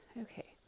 Okay